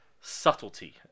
subtlety